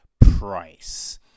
price